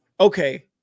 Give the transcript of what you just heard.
Okay